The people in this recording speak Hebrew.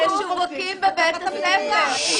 אני מבקש לסכם.